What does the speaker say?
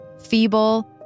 Feeble